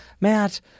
Matt